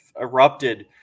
erupted